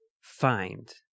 find